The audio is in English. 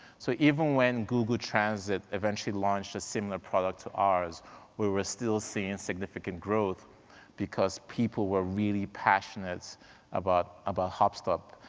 so even when google transit eventually launched a similar product to ours, we were still seeing significant growth because people were really passionate about about hopstop.